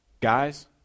Guys